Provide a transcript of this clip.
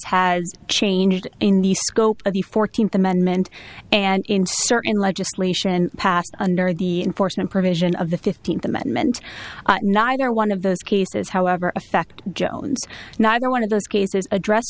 has changed in the scope of the fourteenth amendment and in certain legislation passed under the enforcement provision of the fifteenth amendment neither one of those cases however affect jones neither one of those cases address